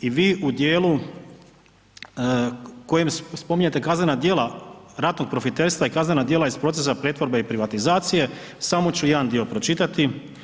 I vi u dijelu u kojem spominjete kaznena djela ratnog profiterstva i kaznena djela iz procesa pretvorbe i privatizacije, samo ću jedan dio pročitati.